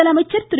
முதலமைச்சர் திரு